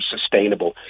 sustainable